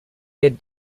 eared